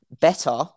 better